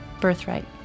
Birthright